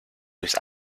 durchs